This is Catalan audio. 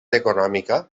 econòmica